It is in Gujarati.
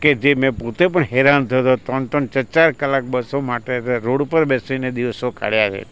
કે જે મેં પોતે પણ હેરાન થતા ત્રણ ત્રણ ચચાર કલાક બસો માટે રોડ ઉપર બેસીને દિવસો કાઢ્યા છે